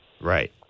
right